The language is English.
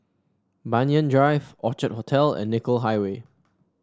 Banyan Drive Orchid Hotel and Nicoll Highway